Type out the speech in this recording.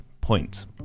point